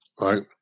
right